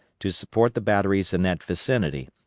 to support the batteries in that vicinity,